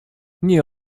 nie